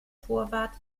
torwart